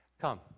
Come